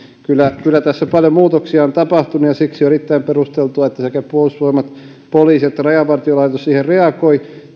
kyllä kyllä tässä paljon muutoksia on tapahtunut ja siksi on erittäin perusteltua että sekä puolustusvoimat poliisi että rajavartiolaitos siihen reagoivat